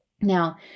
Now